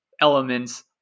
elements